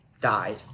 died